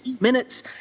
minutes